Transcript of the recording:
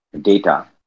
data